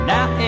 Now